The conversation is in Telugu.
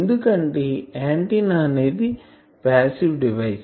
ఎందుకంటే ఆంటిన్నా అనేది పాసివ్ డివైస్